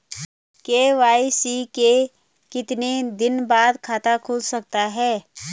KYC के कितने दिन बाद खाता खुल सकता है?